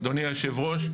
אדוני היושב-ראש.